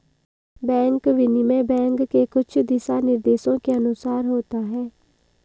bank विनिमय bank के कुछ दिशानिर्देशों के अनुसार होता है